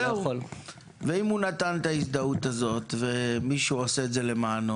אם הוא הזדהה, ומישהו עושה את זה למענו